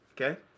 okay